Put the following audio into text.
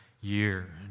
year